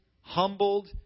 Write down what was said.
humbled